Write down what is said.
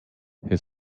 her